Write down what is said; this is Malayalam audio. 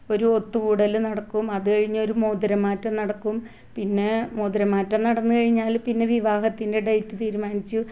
ഒരു ഒത്തുകൂടല് നടക്കും അതുകഴിഞ്ഞ് ഒരു മോതിരമാറ്റം നടക്കും പിന്നെ മോതിരമാറ്റം നടന്നുകഴിഞ്ഞാല് പിന്നെ വിവാഹത്തിന്റെ ഡേറ്റ് തീരുമാനിച്ചു